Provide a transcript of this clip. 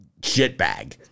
shitbag